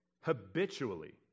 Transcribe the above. habitually